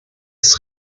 ist